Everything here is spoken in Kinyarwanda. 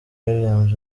williams